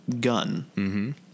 gun